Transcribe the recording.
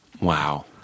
Wow